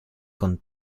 con